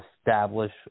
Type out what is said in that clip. establish